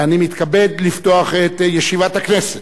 ואני מתכבד לפתוח את ישיבת הכנסת.